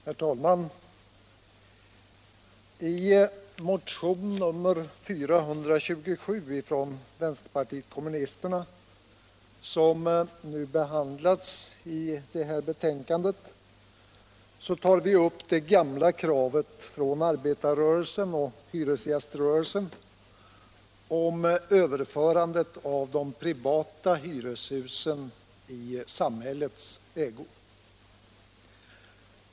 Herr talman! I motion 427 från vpk som behandlas i det här betänkandet tar vi upp det gamla kravet från arbetarrörelsen och hyresgäströrelsen om överförande av de privata hyreshusen i samhällets ägo.